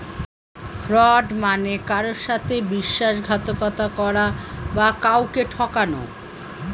fraud মানে কারুর সাথে বিশ্বাসঘাতকতা করা বা কাউকে ঠকানো